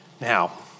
Now